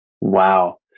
wow